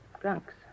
drunks